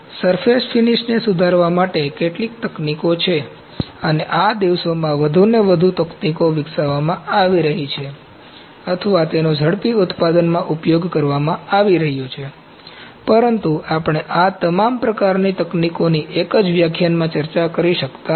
તેથીસરફેસ finish ને સુધારવા માટે કેટલીક તકનીકો છે અને આ દિવસોમાં વધુને વધુ તકનીકો વિકસાવવામાં આવી રહી છે અથવા તેનો ઝડપી ઉત્પાદનમાં ઉપયોગ કરવામાં આવી રહ્યો છે પરંતુ આપણે આ તમામ પ્રકારની તકનીકોની એક જ વ્યાખ્યાનમાં ચર્ચા કરી શકતા નથી